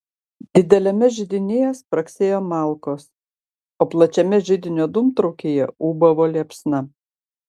dideliame židinyje spragsėjo malkos o plačiame židinio dūmtraukyje ūbavo liepsna